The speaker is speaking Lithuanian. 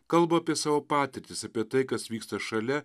kalba apie savo patirtis apie tai kas vyksta šalia